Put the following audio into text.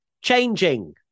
changing